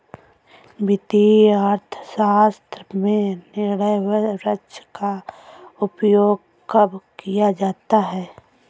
वित्तीय अर्थशास्त्र में निर्णय वृक्ष का उपयोग कब किया जाता है?